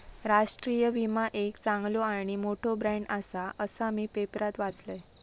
राष्ट्रीय विमा एक चांगलो आणि मोठो ब्रँड आसा, असा मी पेपरात वाचलंय